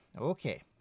Okay